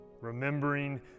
remembering